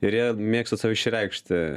ir jie mėgsta save išreikšti